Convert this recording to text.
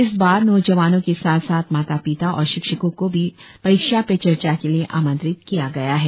इस बार नौजवानों के साथ साथ माता पिता और शिक्षकों को भी परीक्षा पे चर्चा के लिए आमंत्रित किया गया है